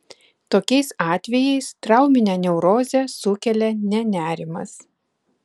tokiais atvejais trauminę neurozę sukelia ne nerimas